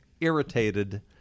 irritated